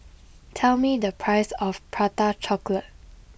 tell me the price of Prata Chocolate